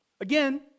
Again